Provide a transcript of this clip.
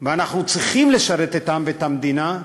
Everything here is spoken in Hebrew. ואנחנו צריכים לשרת את העם ואת המדינה,